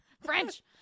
french